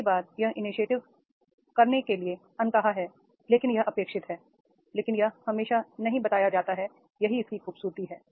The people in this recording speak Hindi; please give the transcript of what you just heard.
कई बार यह इनीशिएटिव करने के लिए अनकहा है लेकिन यह अपेक्षित है लेकिन यह हमेशा नहीं बताया जाता है यही इसकी खूबसूरती है